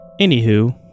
Anywho